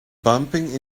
bumping